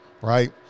right